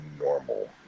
normal